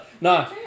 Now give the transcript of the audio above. no